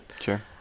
Sure